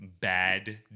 bad